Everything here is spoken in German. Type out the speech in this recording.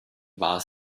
war